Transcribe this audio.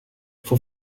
for